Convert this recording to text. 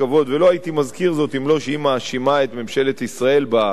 ולא הייתי מזכיר זאת אם לא היתה מאשימה את ממשלת ישראל בבידוד,